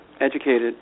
educated